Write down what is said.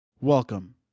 welcome